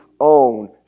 own